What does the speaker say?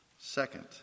Second